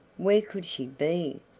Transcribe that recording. where could she be?